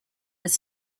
his